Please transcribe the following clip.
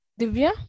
Divya